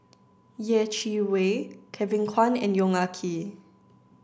Yeh Chi Wei Kevin Kwan and Yong Ah Kee